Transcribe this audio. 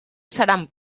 seran